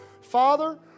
Father